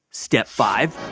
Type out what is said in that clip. step five?